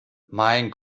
mein